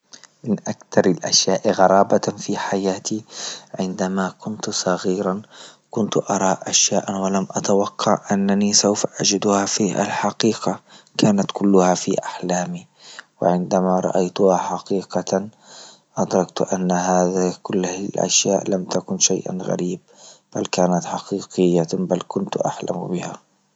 من أكتر الأشياء غرابة في حياتي، عندما كنت صغيرا كنت أرى أشياء ولم أتوقع أنني سوف أجدها في الحقيقة، كانت كلها في أحلامي وعندما رأيتها حقيقة أدركت أنها هذه كلها أشياء لم تكن شيء غريب بل كانت حقيقية بل كانت احلم بها.